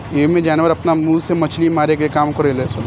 एइमें जानवर आपना मुंह से मछली मारे के काम करेल सन